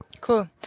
Cool